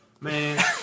man